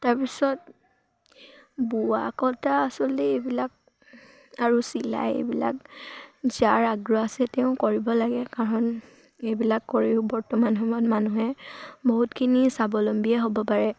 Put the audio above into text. তাৰপিছত বোৱা কটা আচলতে এইবিলাক আৰু চিলাই এইবিলাক যাৰ আগ্ৰহ আছে তেওঁ কৰিব লাগে কাৰণ এইবিলাক কৰিও বৰ্তমান সময়ত মানুহে বহুতখিনি স্বাৱলম্বীয়ে হ'ব পাৰে